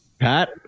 Pat